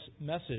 message